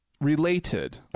related